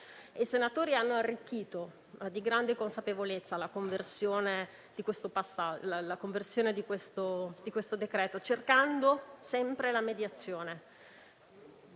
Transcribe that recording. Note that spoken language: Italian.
I senatori hanno arricchito di grande consapevolezza la conversione di questo decreto-legge, cercando sempre la mediazione.